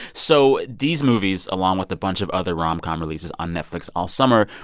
so these movies, along with a bunch of other rom-com releases on netflix all summer,